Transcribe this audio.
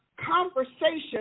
conversation